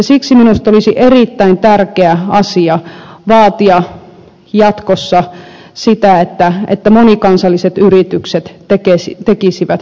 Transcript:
siksi minusta olisi erittäin tärkeä asia vaatia jatkossa sitä että monikansalliset yritykset tekisivät maakohtaiset tilinpäätökset